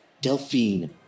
Delphine